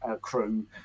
Crew